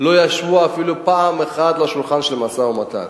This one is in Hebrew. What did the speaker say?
לא ישבו אפילו פעם אחת לשולחן המשא-ומתן.